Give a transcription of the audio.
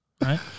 right